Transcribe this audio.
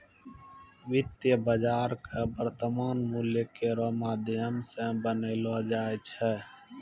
वित्तीय बाजार क वर्तमान मूल्य केरो माध्यम सें बनैलो जाय छै